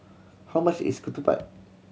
how much is ketupat